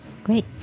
Great